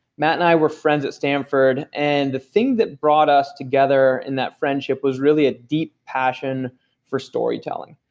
matt and i were friends at stanford, and the thing that brought us together in that friendship was really a deep passion for storytelling.